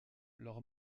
leur